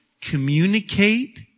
communicate